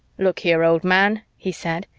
look here, old man, he said,